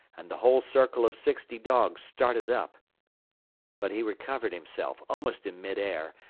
and the whole circle of sixty dogs started up but he recovered himself, almost in mid air,